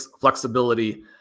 flexibility